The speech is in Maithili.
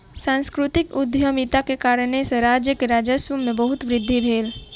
सांस्कृतिक उद्यमिता के कारणेँ सॅ राज्य के राजस्व में बहुत वृद्धि भेल